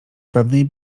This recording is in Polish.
pewnej